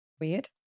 Weird